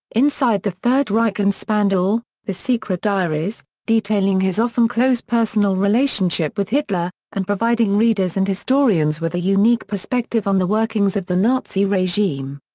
inside the third reich and spandau the secret diaries, detailing his often close personal relationship with hitler, and providing readers and historians with a unique perspective on the workings of the nazi regime.